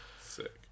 sick